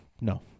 no